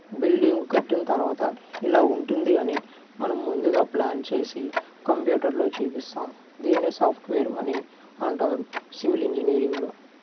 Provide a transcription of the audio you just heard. building కట్టిన తర్వాత ఇలా ఉంటుంది అని మనం ముందుగా ప్లాన్ చేసి కంప్యూటర్లో చూపిస్తాము దీన్నే సాఫ్ట్వేరు అని అంటారు సివిల్ ఇంజనీరింగులో